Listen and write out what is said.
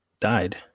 died